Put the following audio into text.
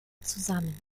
zusammen